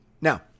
Now